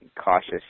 cautious